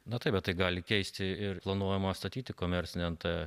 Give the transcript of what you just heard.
na taip bet tai gali keisti ir planuojamo statyti komercinio nt